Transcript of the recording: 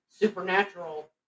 supernatural